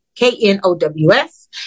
K-N-O-W-S